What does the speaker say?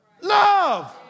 Love